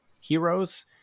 heroes